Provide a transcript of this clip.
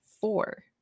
four